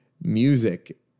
music